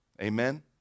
Amen